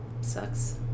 Sucks